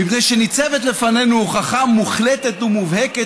מפני שניצבת לפנינו הוכחה מוחלטת ומובהקת